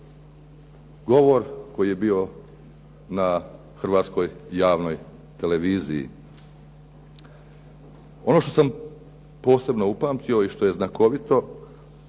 govor koji je bio na hrvatskoj javnoj televiziji. Ono što sam posebno upamtio i što je znakovito